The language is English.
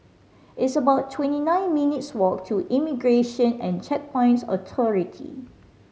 it's about twenty nine minutes' walk to Immigration and Checkpoints Authority